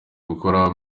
gukora